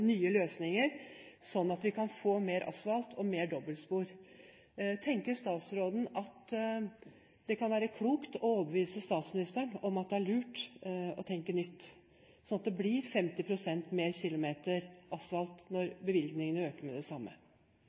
nye løsninger, sånn at vi kan få mer asfalt og mer dobbeltspor. Tenker statsråden at det kan være klokt å overbevise statsministeren om at det er lurt å tenke nytt, sånn at det blir 50 pst. flere kilometer asfalt når bevilgningene øker med det samme?